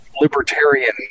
libertarian